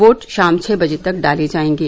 vote शाम छ बजे तक डाले जायेंगे